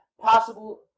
possible